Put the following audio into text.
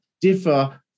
differ